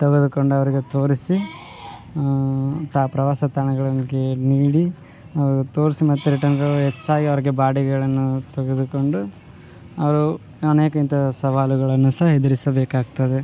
ತೆಗೆದುಕೊಂಡು ಅವರಿಗೆ ತೋರಿಸಿ ತಾ ಪ್ರವಾಸ ತಾಣಗಳಿಗೆ ನೀಡಿ ತೋರಿಸಿ ಮತ್ತೆ ರಿಟರ್ನ್ಗೆ ಹೆಚ್ಚಾಗಿ ಅವರಿಗೆ ಬಾಡಿಗೆಗಳನ್ನು ತೆಗೆದುಕೊಂಡು ಅವರು ನಾನು ಯಾಕಿಂಥ ಸವಾಲುಗಳನ್ನು ಸಹ ಎದುರಿಸ ಬೇಕಾಗ್ತದೆ